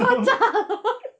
他站我